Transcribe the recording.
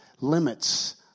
limits